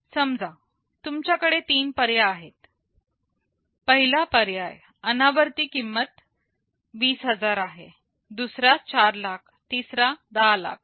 समजा तुमच्याकडे तीन पर्याय आहेत पहिला पर्याय अनावर्ती किंमत 20000 आहे दुसरा 4 लाख तिसरा10 लाख